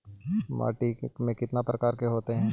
माटी में कितना प्रकार के होते हैं?